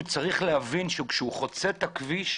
הוא צריך להבין שכשהוא חוצה את הכביש,